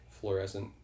fluorescent